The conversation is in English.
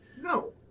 No